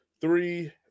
Three